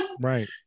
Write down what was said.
Right